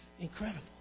Incredible